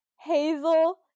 Hazel